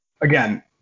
again